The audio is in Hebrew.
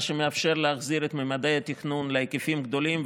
מה שמאפשר להחזיר את ממדי התכנון להיקפים גדולים,